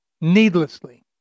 needlessly